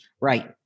Right